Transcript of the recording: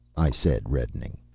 i said, reddening.